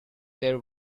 there